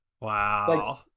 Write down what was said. Wow